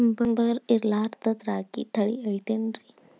ಬರ ಇರಲಾರದ್ ರಾಗಿ ತಳಿ ಐತೇನ್ರಿ?